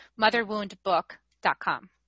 motherwoundbook.com